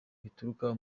bituruka